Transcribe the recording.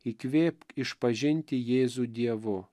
įkvėpk išpažinti jėzų dievu